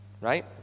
right